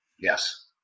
Yes